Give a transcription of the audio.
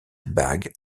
bag